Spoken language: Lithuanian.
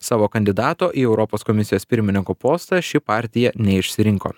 savo kandidato į europos komisijos pirmininko postą ši partija neišsirinko